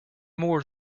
more